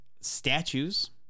statues